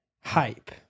hype